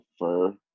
prefer